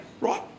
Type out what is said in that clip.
right